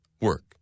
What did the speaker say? Work